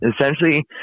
Essentially –